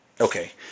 Okay